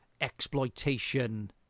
exploitation